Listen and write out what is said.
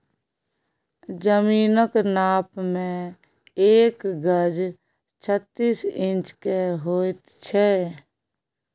जमीनक नाप मे एक गज छत्तीस इंच केर होइ छै